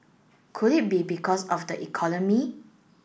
could it be because of the economy